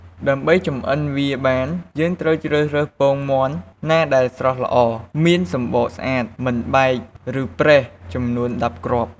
ដើម្បីចម្អិនវាបានយើងត្រូវជ្រើសរើសពងមាន់ណាដែលស្រស់ល្អ មានសំបកស្អាត មិនបែក ឬប្រេះចំនួន១០គ្រាប់។